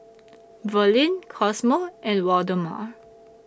Verlyn Cosmo and Waldemar